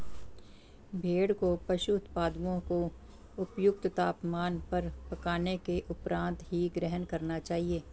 भेड़ को पशु उत्पादों को उपयुक्त तापमान पर पकाने के उपरांत ही ग्रहण करना चाहिए